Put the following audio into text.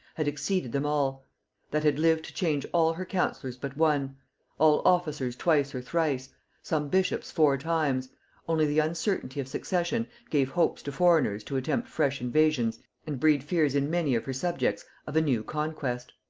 had exceeded them all that had lived to change all her councillors but one all officers twice or thrice some bishops four times only the uncertainty of succession gave hopes to foreigners to attempt fresh invasions and breed fears in many of her subjects of a new conquest.